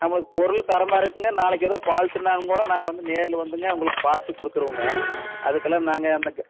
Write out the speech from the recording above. நமக்கு பொருள் தரமாக இருக்கும்ங்க நாளைக்கு ஏதும் ஃபால்ட்ன்னா கூட நாங்கள் வந்து நேரில் வந்துங்க உங்களுக்கு பார்த்து கொடுத்துடுவோங்க அதுக்குலாம் நாங்கள் அந்த